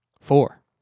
four